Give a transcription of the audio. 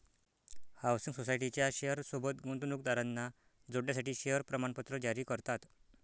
housing सोसायटीच्या share सोबत गुंतवणूकदारांना जोडण्यासाठी शेअर प्रमाणपत्र जारी करतात